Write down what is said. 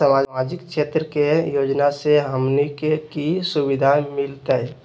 सामाजिक क्षेत्र के योजना से हमनी के की सुविधा मिलतै?